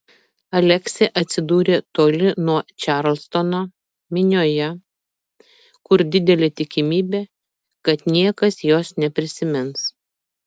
aleksė atsidūrė toli nuo čarlstono minioje kur didelė tikimybė kad niekas jos neprisimins